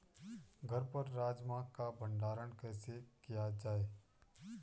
घर पर राजमा का भण्डारण कैसे किया जाय?